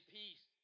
peace